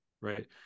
right